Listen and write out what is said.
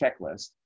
checklist